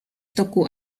toku